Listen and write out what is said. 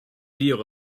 deal